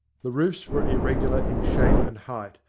the roofs were irregular in shape and height,